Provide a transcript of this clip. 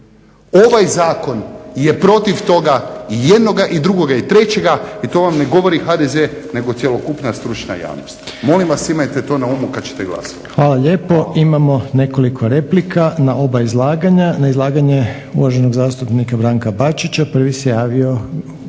Ovaj Zakon je protiv toga i jednoga i drugoga i trećega i to vam ne govori HDZ nego cjelokupna stručna javnost. Molim vas imajte to na umu kada ćete glasovati.